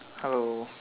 hello